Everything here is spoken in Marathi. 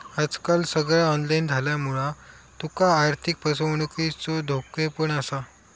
आजकाल सगळा ऑनलाईन झाल्यामुळा तुका आर्थिक फसवणुकीचो धोको पण असा